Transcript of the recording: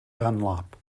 dunlop